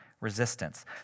resistance